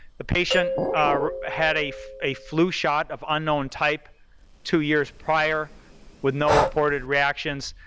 the patient had a a flu shot of unknown type two years prior with no reported reactions.